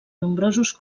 nombrosos